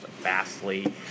vastly